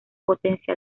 potencia